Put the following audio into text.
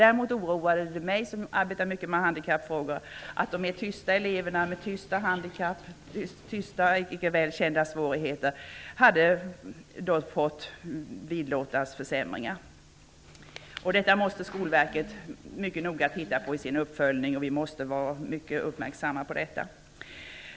Däremot oroade det mig, som arbetar mycket med handikappfrågor, att de mer tysta eleverna, med ''tysta'', icke väl kända svårigheter, hade drabbats av försämringar. Detta måste Skolverket mycket noga titta på i sin uppföljning, och vi måste vara mycket uppmärksamma på detta.